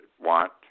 want